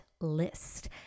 list